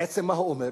בעצם, מה הוא אומר: